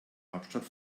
hauptstadt